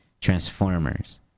transformers